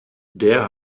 der